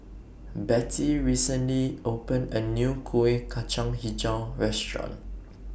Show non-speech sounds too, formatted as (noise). Bettie recently opened A New Kuih Kacang Hijau Restaurant (noise)